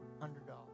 underdog